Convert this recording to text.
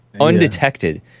undetected